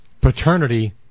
paternity